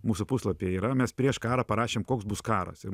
mūsų puslapyje yra mes prieš karą parašėm koks bus karas ir